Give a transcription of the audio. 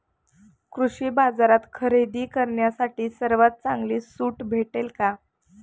कृषी बाजारात खरेदी करण्यासाठी सर्वात चांगली सूट भेटेल का?